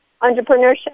entrepreneurship